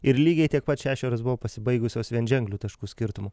ir lygiai tiek pat šešerios buvo pasibaigusios vienženkliu taškų skirtumu